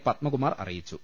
പത്മകുമാർ അറിയിച്ചു